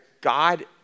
God